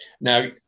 Now